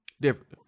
different